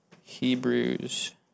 Hebrews